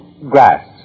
Grass